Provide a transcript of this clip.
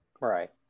Right